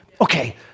Okay